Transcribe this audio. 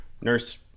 nurse